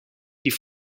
die